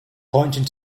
pointing